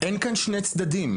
אין כאן שני צדדים.